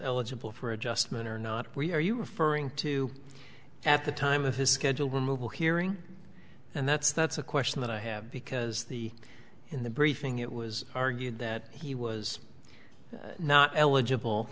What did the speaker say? eligible for adjustment or not we are you referring to at the time of his scheduled removal hearing and that's that's a question that i have because the in the briefing it was argued that he was not eligible